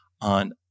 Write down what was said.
on